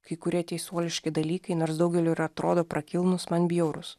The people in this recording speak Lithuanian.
kai kurie teisuoliški dalykai nors daugeliui ir atrodo prakilnūs man bjaurūs